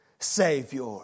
Savior